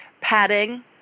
Padding